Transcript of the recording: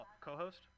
co-host